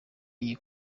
iyi